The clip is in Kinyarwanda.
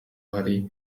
hari